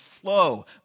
flow